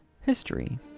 history